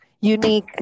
unique